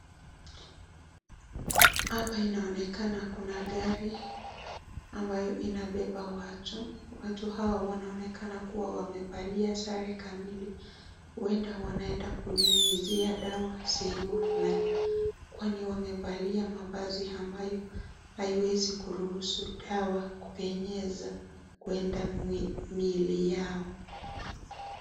Hapa inaonekana kuna gari ambayo inabeba watu. Watu hao wanaonekana kuwa wamevaa sare kamili. Huenda wanaenda kunyunyizia dawa sehemu fulani. Kwani wamevalia mavazi ambayo haiwezi kuruhusu dawa kupenyeza kuenda miili yao.